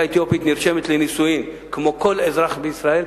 האתיופית נרשמת לנישואים כמו כל אזרח בישראל.